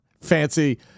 Fancy